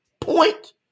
point